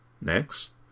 Next